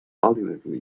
ultimately